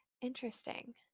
Interesting